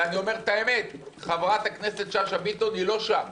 ואני אומר את האמת, חברת הכנסת שאשא ביטון לא שם